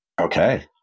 Okay